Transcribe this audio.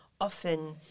often